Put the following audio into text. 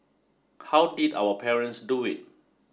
how did our parents do it